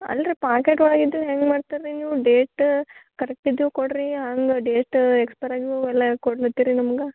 ಅಲ್ರಿ ಪಾಕೆಟ್ ಒಳಗಿಂದ ಹೆಂಗೆ ಮಾಡ್ತೀರ ರೀ ನೀವು ಡೇಟ್ ಕರೆಕ್ಟ್ ಇದ್ದವು ಕೊಡಿರಿ ಹಂಗೆ ಡೇಟ್ ಎಕ್ಸ್ಪೈರ್ ಆಗಿರೋವು ಎಲ್ಲ ಕೊಡ್ಲಕ ಹತ್ತೀವಿ ರೀ ನಮ್ಗೆ